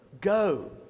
Go